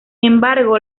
embargo